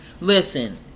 listen